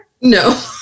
no